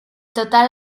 total